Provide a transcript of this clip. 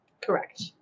Correct